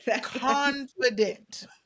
confident